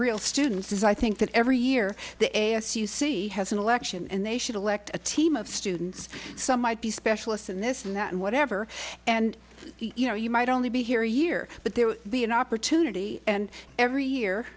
real students is i think that every year you see has an election and they should elect a team of students some might be specialists in this and that whatever and you know you might only be here a year but there will be an opportunity and every year